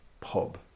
pub